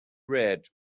red